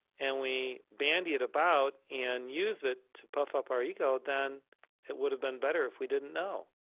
and we bandy it about and use it to pump up our ego, then it would have been better if we didn't know.